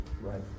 Right